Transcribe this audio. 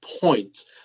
point